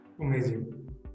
Amazing